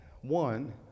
One